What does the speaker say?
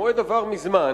המועד להשיב עבר מזמן,